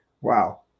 Wow